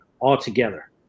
altogether